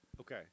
Okay